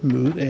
Tak